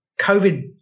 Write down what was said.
COVID